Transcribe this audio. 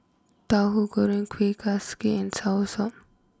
Tahu Goreng Kueh and Soursop